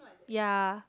ya